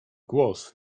głos